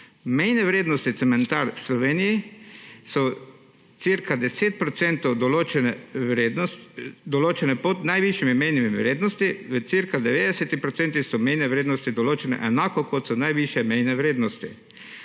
Mejne vrednosti cementarn v Sloveniji so za cirka 10 procentov določene pod najvišjimi mejnimi vrednostmi, v cirka 90 procentih so mejne vrednosti določene enako, kot so najvišje mejne vrednosti.